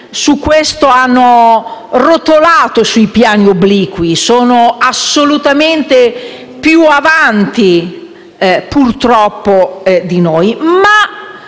su questo hanno rotolato sui piani obliqui e sono assolutamente più avanti, purtroppo, di noi, ma